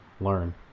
learn